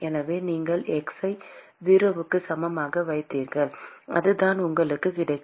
எனவே நீங்கள் x ஐ 0க்கு சமமாக வைத்தீர்கள் அதுதான் உங்களுக்கு கிடைக்கும்